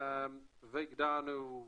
והגדרנו דברים,